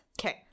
okay